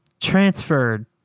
transferred